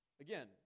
Again